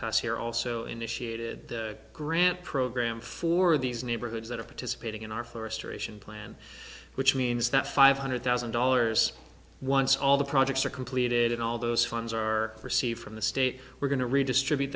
past year also initiated the grant program for these neighborhoods that are participating in our forest aeration plan which means that five hundred thousand dollars once all the projects are completed and all those funds are received from the state we're going to redistribute